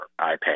ipad